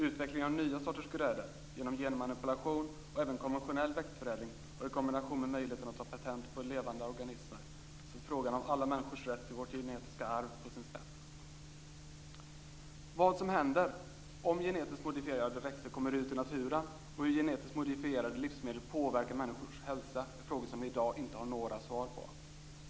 Utvecklingen av nya sorters grödor genom genmanipulation och även konventionell växtförädling har i kombination med möjligheten att ta patent på levande organismer ställt frågan om alla människors rätt till vårt genetiska arv på sin spets. Vad som händer om genetiskt modifierade växter kommer ut i naturen och hur genetiskt modifierade livsmedel påverkar människors hälsa är frågor som vi i dag inte har några svar på.